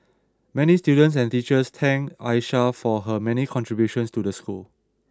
many students and teachers thanked Aisha for her many contributions to the school